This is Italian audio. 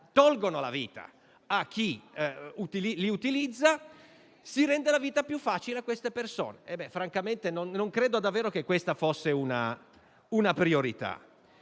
spezza la vita a chi li utilizza. Ecco, si rende la vita più facile a quelle persone. Francamente, non credo davvero che questa fosse una priorità.